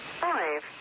five